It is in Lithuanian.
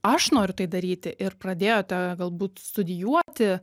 aš noriu tai daryti ir pradėjote galbūt studijuoti